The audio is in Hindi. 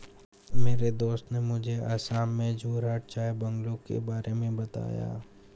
मेरे दोस्त ने मुझे असम में जोरहाट चाय बंगलों के बारे में बताया